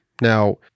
Now